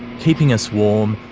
keeping us warm,